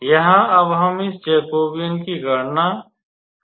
यहाँ अब हम इस जैकोबियन की गणना यहां कर सकते हैं